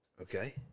okay